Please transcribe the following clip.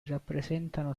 rappresentano